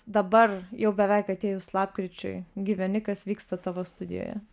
dabar jau beveik atėjus lapkričiui gyveni kas vyksta tavo studijoje